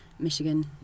michigan